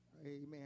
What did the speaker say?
Amen